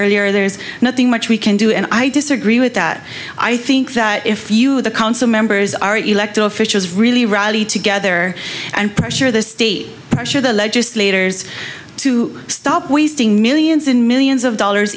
earlier there's nothing much we can do and i disagree with that i think that if you the council members are elected officials really rally together and pressure the state i'm sure the legislators to stop wasting millions and millions of dollars